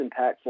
impactful